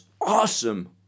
awesome